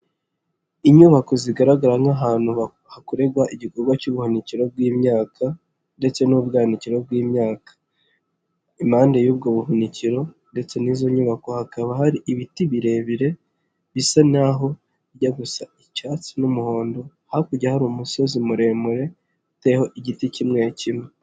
Inyubako zigaragara nk'ahantu hakorerwa igikorwa cy'ubuhunikiro bw'imyaka, ndetse n'ubwanwanakino bw'imyaka, impande y'ubwo buhukiro ndetse n'izo nyubako hakaba hari ibiti birebire bisa naho ijya gusa icyatsi n'umuhondo hakurya hari umusozi muremure uteyeho igiti kimwe kimwe.